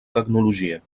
tecnologia